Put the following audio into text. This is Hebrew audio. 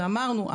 ואמרנו,